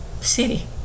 city